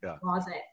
closet